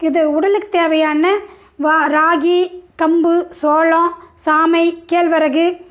இது உடலுக்குத் தேவையான வா ராகி கம்பு சோளம் சாமை கேழ்வரகு